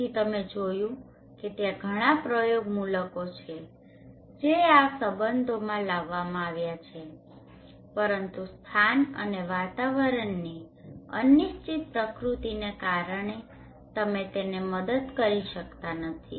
તેથી તમે જોયું છે કે ત્યાં ઘણાં પ્રયોગમૂલકો છે જે આ સંબંધોમાં લાવવામાં આવ્યા છે પરંતુ સ્થાન અને વાતાવરણની અનિશ્ચિત પ્રકૃતિને કારણે તમે તેને મદદ કરી શકતા નથી